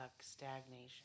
stagnation